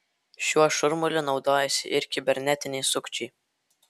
šiuo šurmuliu naudojasi ir kibernetiniai sukčiai